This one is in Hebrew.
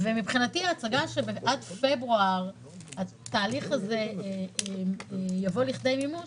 ההצגה שעד פברואר התהליך הזה יבוא לידי מימוש